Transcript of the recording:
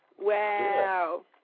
Wow